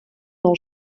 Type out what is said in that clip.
nou